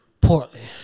Portland